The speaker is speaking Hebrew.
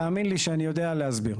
תאמין לי שאני יודע להסביר.